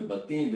בבתים,